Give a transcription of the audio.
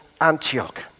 Antioch